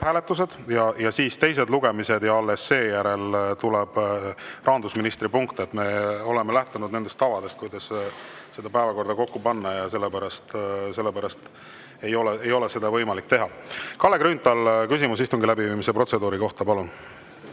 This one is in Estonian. siis teised lugemised ja alles seejärel tuleb rahandusministri punkt. Me oleme lähtunud tavast, kuidas päevakorda kokku panna. Sellepärast ei ole seda võimalik teisiti teha. Kalle Grünthal, küsimus istungi läbiviimise protseduuri kohta, palun!